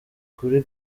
kuri